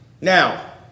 Now